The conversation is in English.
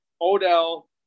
Odell –